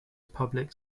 public